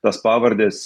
tas pavardes